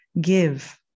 give